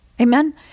Amen